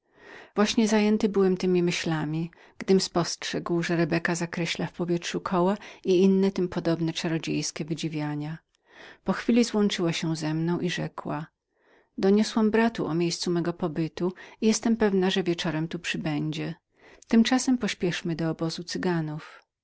właśnie zajęty byłem temi myślami gdym spostrzegł że rebeka zakreślała koła w powietrzu i inne tym podobne czarodziejskie wydziwiania po chwili złączyła się ze mną i rzekła doniosłam bratu o miejscu mego pobytu i jestem pewną że wieczorem tu przybędzie tymczasem pośpieszmy do obozu